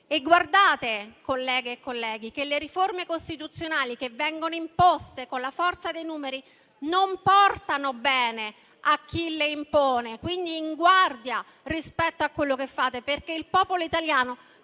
conto, colleghe e colleghi, che le riforme costituzionali che vengono imposte con la forza dei numeri non portano bene a chi le impone. Quindi state in guardia rispetto a quello che fate, perché il popolo italiano